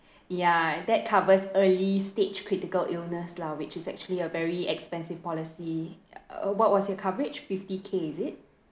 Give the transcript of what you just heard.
ya that covers early stage critical illness lah which is actually a very expensive policy uh what was your coverage fifty K is it